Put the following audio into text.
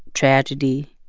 tragedy.